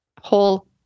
whole